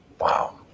Wow